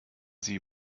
sie